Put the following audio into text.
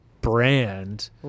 brand